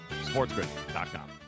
SportsGrid.com